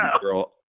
girl